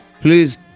please